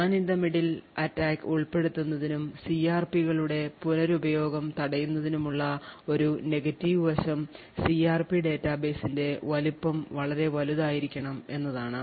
Man in the middle attack ഉൾപ്പെടുത്തുന്നതിനും സിആർപികളുടെ പുനരുപയോഗം തടയുന്നതിനുമുള്ള ഒരു നെഗറ്റീവ് വശം സിആർപി ഡാറ്റാബേസിന്റെ വലുപ്പം വളരെ വലുതായിരിക്കണം എന്നതാണ്